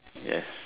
yes